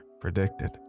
predicted